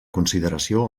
consideració